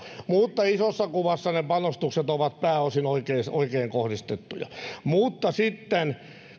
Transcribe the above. mutta isossa kuvassa ne panostukset ovat pääosin oikein kohdistettuja mutta sitten